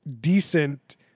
decent